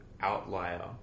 outlier